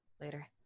Later